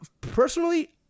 personally